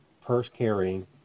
purse-carrying